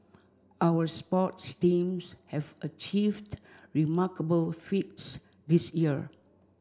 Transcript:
our sports teams have achieved remarkable feats this year